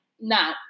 Now